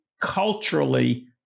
culturally